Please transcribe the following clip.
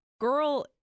girl